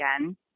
again